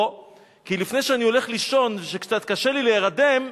כי לפני שאני הולך לישון וקצת קשה לי להירדם,